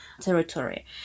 territory